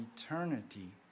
eternity